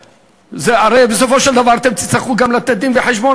הרי בסופו של דבר גם תצטרכו לתת דין-וחשבון